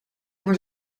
voor